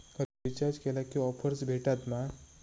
Recharge केला की offers भेटात मा?